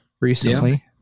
recently